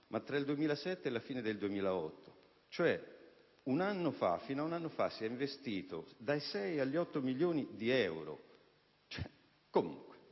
ma tra il 2007 e la fine del 2008; cioè, fino ad un anno fa si è investito dai 6 agli 8 milioni di euro. In